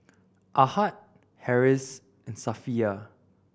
Ahad Harris and Safiya